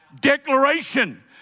declaration